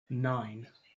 nine